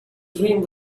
dream